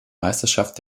meisterschaft